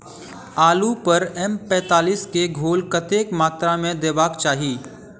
आलु पर एम पैंतालीस केँ घोल कतेक मात्रा मे देबाक चाहि?